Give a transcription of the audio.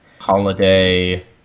holiday